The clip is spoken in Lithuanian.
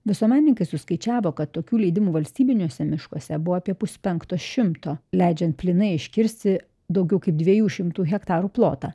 visuomenininkai suskaičiavo kad tokių leidimų valstybiniuose miškuose buvo apie puspenkto šimto leidžiant plynai iškirsti daugiau kaip dviejų šimtų hektarų plotą